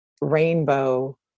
rainbow